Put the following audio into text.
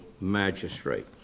magistrate